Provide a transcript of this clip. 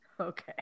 Okay